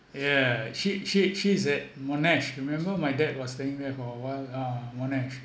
yeah she she she is at monash remember my dad was staying there for a while ah monash